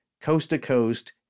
coast-to-coast